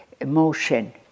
emotion